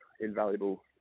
invaluable